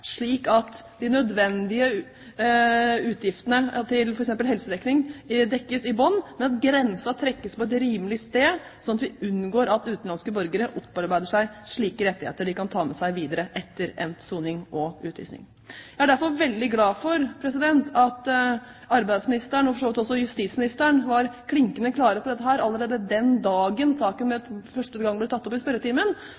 slik at de nødvendige utgiftene til f.eks. helsehjelp dekkes i bunnen – at grensen trekkes på et rimelig sted, slik at vi unngår at utenlandske borgere opparbeider seg rettigheter de kan ta med seg videre etter endt soning og utvisning? Jeg er veldig glad for at arbeidsministeren og for så vidt også justisministeren var klinkende klare på dette allerede den dagen saken